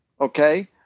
okay